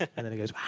and then he goes,